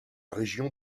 région